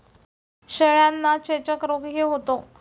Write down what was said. शेळ्यांना चेचक रोगही होतो